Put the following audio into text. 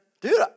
dude